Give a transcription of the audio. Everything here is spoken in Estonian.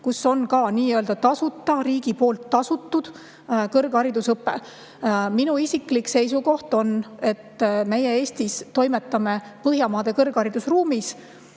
kus on ka nii-öelda tasuta, riigi poolt tasutud kõrgharidusõpe. Minu isiklik seisukoht on, et meie Eestis toimetame Põhjamaade kõrgharidusruumis,